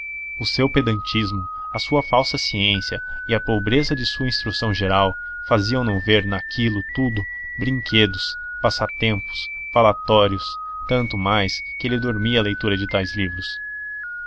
o seu pedantismo a sua falsa ciência e a pobreza de sua instrução geral faziam no ver naquilo tudo brinquedos passatempos falatórios tanto mais que ele dormia à leitura de tais livros